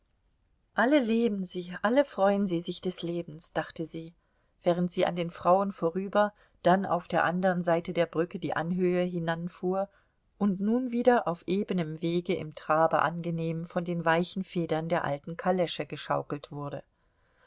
alle leben sie alle freuen sie sich des lebens dachte sie während sie an den frauen vorüber dann auf der andern seite der brücke die anhöhe hinanfuhr und nun wieder auf ebenem wege im trabe angenehm von den weichen federn der alten kalesche geschaukelt wurde